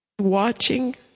Watching